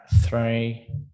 Three